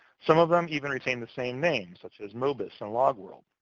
some of them even retain the same name, such as mobis and logworld.